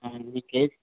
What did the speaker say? అందుకే